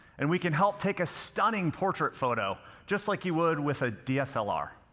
and we can help take a stunning portrait photo just like you would with a dslr.